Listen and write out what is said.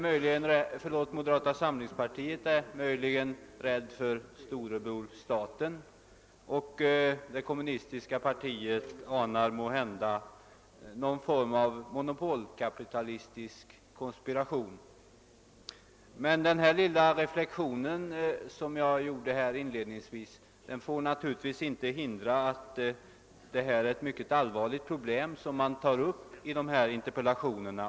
Moderata samlingspartiet är möjligen rädd för storebror staten och det kommunistiska partiet anar måhända någon form av monopolkapitalistisk konspiration. Denna lilla reflexion får naturligtvis inte undanskymma det faktum att det är ett mycket allvarligt problem som tas upp i interpellationerna.